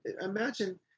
imagine